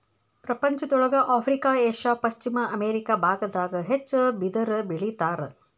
ಪ್ರಪಂಚದೊಳಗ Africa Asia ಪಶ್ಚಿಮ America ಬಾಗದಾಗ ಹೆಚ್ಚ ಬಿದಿರ ಬೆಳಿತಾರ